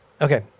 Okay